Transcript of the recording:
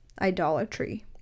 idolatry